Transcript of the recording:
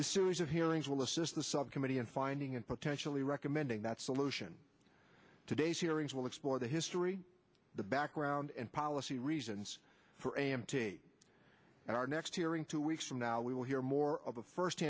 this series of hearings will assist the subcommittee in finding and potentially recommending that solution today's hearings will explore the history the background and policy reasons for a m t and our next hearing two weeks from now we will hear more of a first